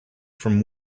from